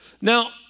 Now